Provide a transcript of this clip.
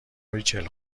ریچل